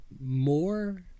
more